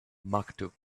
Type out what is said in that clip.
maktub